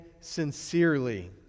sincerely